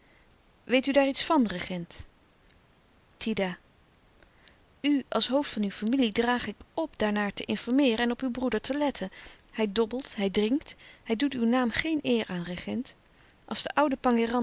weet u daar iets van regent tida u als hoofd van uw familie draag ik op daarnaar te informeeren en op uw broeder te letten hij dobbelt hij drinkt hij doet uw naam geen eer aan regent als de oude